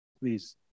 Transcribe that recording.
please